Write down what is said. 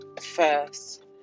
first